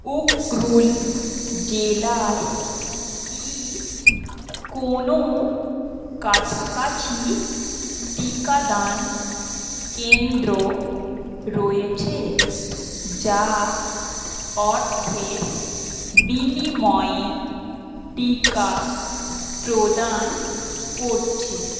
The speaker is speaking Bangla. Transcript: উক্রুল জেলায় কি কোনো কাছাকাছি টিকাদান কেন্দ্র রয়েছে যা অর্থের বিনিময়ে টিকা প্রদান করছে